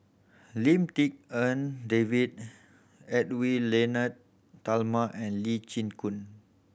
Lim Tik En David Edwy Lyonet Talma and Lee Chin Koon